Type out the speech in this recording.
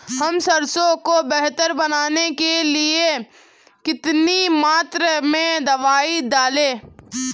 हम सरसों को बेहतर बनाने के लिए कितनी मात्रा में दवाई डालें?